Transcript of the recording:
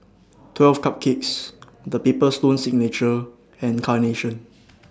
twelve Cupcakes The Paper Stone Signature and Carnation